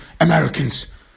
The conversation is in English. Americans